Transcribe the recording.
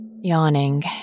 Yawning